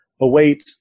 await